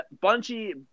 Bunchy